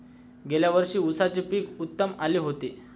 गेल्या वर्षी उसाचे पीक उत्तम आले होते